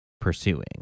pursuing